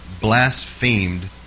blasphemed